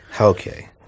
Okay